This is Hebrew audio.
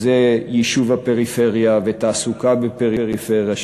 זה יישוב הפריפריה ותעסוקה בפריפריה.